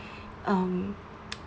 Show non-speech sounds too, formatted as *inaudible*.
um *noise*